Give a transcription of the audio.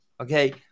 okay